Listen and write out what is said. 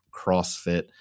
CrossFit